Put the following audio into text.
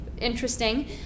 interesting